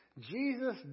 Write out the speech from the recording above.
Jesus